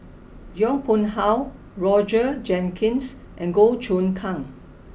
Yong Pung How Roger Jenkins and Goh Choon Kang